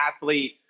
athlete-